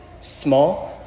small